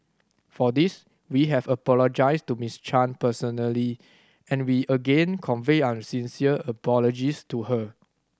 for this we have apologised to Miss Chan personally and we again convey our sincere apologies to her